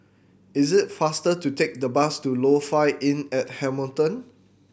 is it faster to take the bus to Lofi Inn at Hamilton